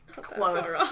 Close